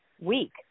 week